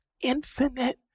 infinite